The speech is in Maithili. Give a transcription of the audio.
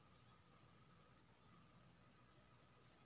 हमर बिजली के बिल केना जमा होते?